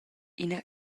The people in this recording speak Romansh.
ina